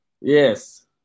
Yes